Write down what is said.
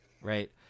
right